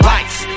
Lights